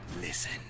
Listen